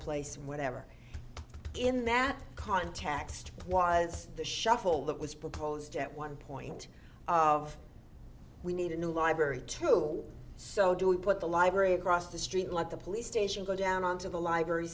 place whatever in that context was the shuffle that was proposed at one point of we need a new library to so do we put the library across the street like the police station go down on to the library